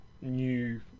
new